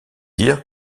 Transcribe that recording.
dire